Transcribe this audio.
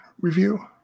review